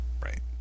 right